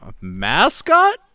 Mascot